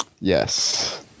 Yes